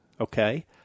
okay